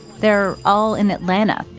they're all in atlanta,